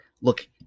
Look